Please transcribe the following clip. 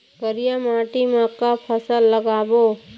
करिया माटी म का फसल लगाबो?